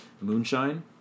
moonshine